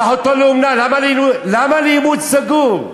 קח אותו לאומנה, למה לאימוץ סגור?